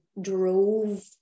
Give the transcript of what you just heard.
drove